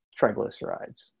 triglycerides